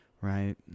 right